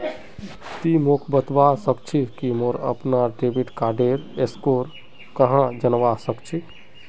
ति मोक बतवा सक छी कि मोर अपनार डेबिट कार्डेर स्कोर कँहे जनवा सक छी